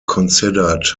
considered